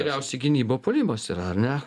geriausia gynyba puolimas yra ar ne